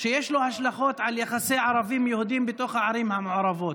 יש לו השלכות על יחסי ערבים-יהודים בערים המעורבות.